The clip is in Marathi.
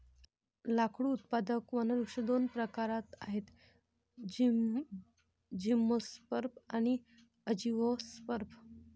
लाकूड उत्पादक वनवृक्ष दोन प्रकारात आहेतः जिम्नोस्पर्म आणि अँजिओस्पर्म